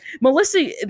melissa